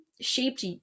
shaped